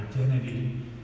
identity